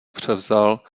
převzal